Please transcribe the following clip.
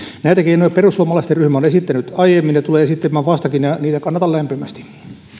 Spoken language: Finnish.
näitä keinoja perussuomalaisten ryhmä on esittänyt aiemmin ja tulee esittämään vastakin ja niitä kannatan lämpimästi